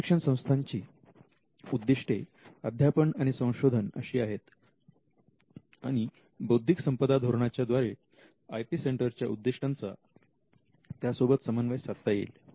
उच्च शिक्षण संस्थांची उद्दिष्टे अध्यापन आणि संशोधन अशी आहेत आणि बौद्धिक संपदा धोरणाच्या द्वारे आय पी सेंटरच्या उद्दिष्टांचा त्यासोबत समन्वय साधता येईल